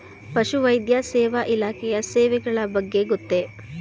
ಪಶುವೈದ್ಯ ಸೇವಾ ಇಲಾಖೆಯ ಸೇವೆಗಳ ಬಗ್ಗೆ ಗೊತ್ತೇ?